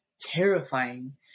terrifying